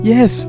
Yes